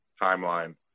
timeline